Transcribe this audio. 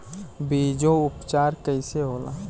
बीजो उपचार कईसे होला?